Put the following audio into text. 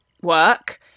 work